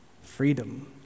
freedom